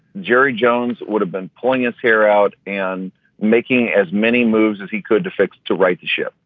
jerry jones would have been pulling his hair out and making as many moves as he could to fix to right the ship.